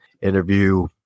interview